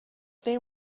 they